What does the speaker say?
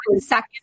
second